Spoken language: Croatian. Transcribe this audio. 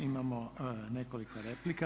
Imamo nekoliko replika.